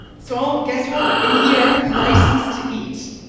so guess what? in here, license to eat.